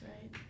right